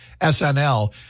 SNL